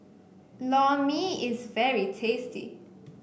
Lor Mee is very tasty